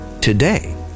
today